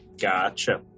Gotcha